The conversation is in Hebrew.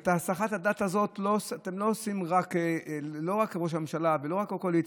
ואת הסחת הדעת הזאת עושים לא רק ראש ממשלה ולא רק הקואליציה.